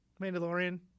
Mandalorian